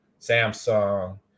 Samsung